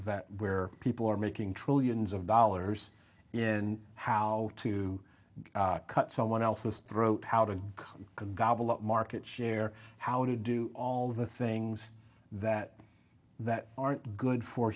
that where people are making trillions of dollars and how to cut someone else's throat how to gobble up market share how to do all the things that that aren't good for